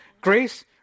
Grace